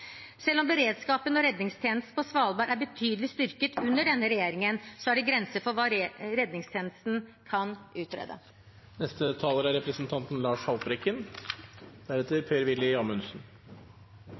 Selv om beredskapen og redningstjenesten på Svalbard er betydelig styrket under denne regjeringen, er det grenser for hva redningstjenesten kan